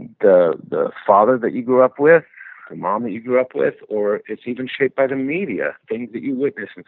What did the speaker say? the the father that you grew up with, the mom that you grew up with or it's even shaped by the media, things that you witnessed. and